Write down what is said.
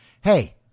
Hey